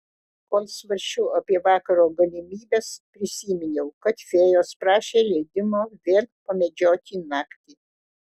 kol svarsčiau apie vakaro galimybes prisiminiau kad fėjos prašė leidimo vėl pamedžioti naktį